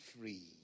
free